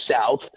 south